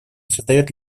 создает